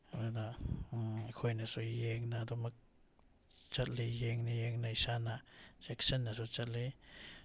ꯑꯗꯨꯅ ꯑꯩꯈꯣꯏꯅꯁꯨ ꯌꯦꯡꯅ ꯑꯗꯨꯃꯛ ꯆꯠꯂꯤ ꯌꯦꯡꯅ ꯌꯦꯡꯅ ꯏꯁꯥꯅ ꯆꯦꯛꯁꯤꯟꯅꯁꯨ ꯆꯠꯂꯤ